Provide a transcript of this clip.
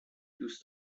دوس